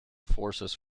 forces